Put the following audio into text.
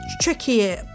tricky